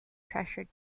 treasured